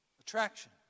Attraction